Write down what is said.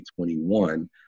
2021